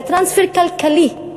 זה טרנספר כלכלי,